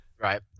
Right